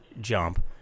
jump